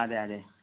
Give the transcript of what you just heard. അതെ അതെ